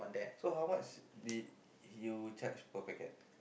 so how much did you charge per packet